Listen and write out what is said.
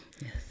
Yes